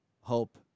hope